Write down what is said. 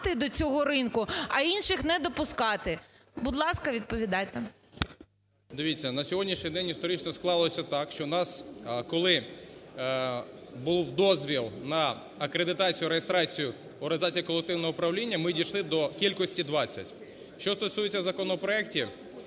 Дивіться, на сьогоднішній день історично склалося так, що у нас, коли був дозвіл на акредитацію-реєстрацію організації колективного управління ми дійшли до кількості 20. Що стосується законопроектів